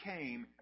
came